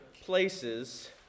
places